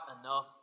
enough